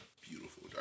beautiful